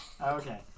Okay